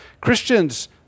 Christians